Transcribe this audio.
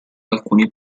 alcuni